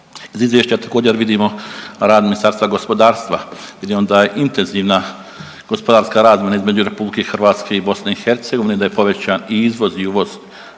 Iz izvješća također vidimo rad Ministarstva gospodarstva. Vidimo da je intenzivna gospodarska razmjena između RH i BiH, da je povećan i izvoz i uvoz